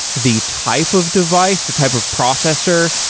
the type of device, the type of processor.